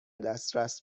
دسترس